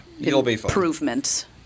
improvement